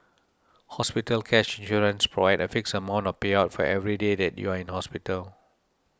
hospital cash insurance provides a fixed amount of payout for every day that you are in hospital